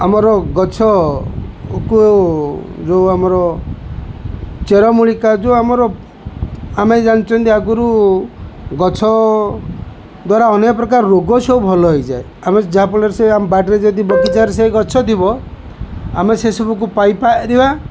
ଆମର ଗଛକୁ ଯେଉଁ ଆମର ଚେରମୂଳିକା ଯେଉଁ ଆମର ଆମେ ଜାଣିଛନ୍ତି ଆଗରୁ ଗଛ ଦ୍ୱାରା ଅନେକ ପ୍ରକାର ରୋଗ ସବୁ ଭଲ ହୋଇଯାଏ ଆମେ ଯାହାଫଳରେ ସେ ଆମ ବାଡ଼ିରେ ଯଦି ବଗିଚାରେ ସେ ଗଛ ଥିବ ଆମେ ସେସବୁକୁ ପାଇପାରିବା